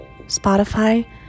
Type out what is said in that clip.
spotify